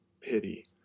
pity